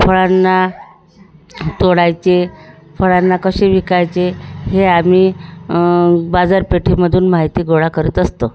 फळांना तोडायचे फळांना कसे विकायचे हे आम्ही बाजारपेठेमधून माहिती गोळा करत असतो